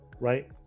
right